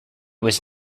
was